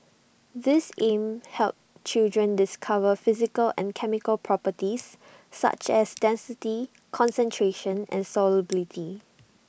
these aim help children discover physical and chemical properties such as density concentration and solubility